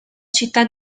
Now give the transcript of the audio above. città